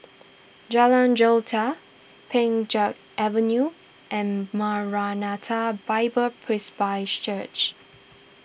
Jalan Jelita Pheng Geck Avenue and Maranatha Bible Presby Church